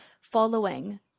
following